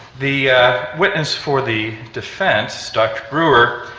the witness for the defence, dr brewer,